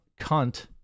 cunt